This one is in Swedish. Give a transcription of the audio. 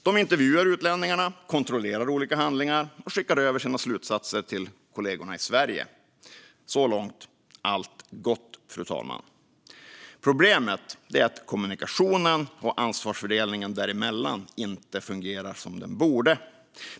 De intervjuar utlänningarna, kontrollerar olika handlingar och skickar över sina slutsatser till kollegorna i Sverige. Så långt är allt gott, fru talman. Problemet är att kommunikationen och ansvarsfördelningen däremellan inte fungerar som den borde.